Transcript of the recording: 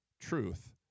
Truth